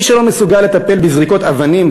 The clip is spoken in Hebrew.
מי שלא מסוגל לטפל בזריקות אבנים,